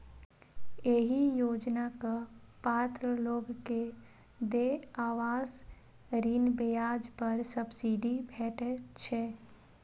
एहि योजनाक पात्र लोग कें देय आवास ऋण ब्याज पर सब्सिडी भेटै छै